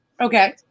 Okay